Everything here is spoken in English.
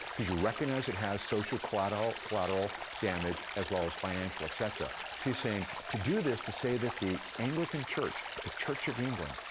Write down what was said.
cause you recognize it has social collateral collateral damage, as well as financial, etcetera. so he's saying, to do this, to say that the anglican church, the church of england,